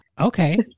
okay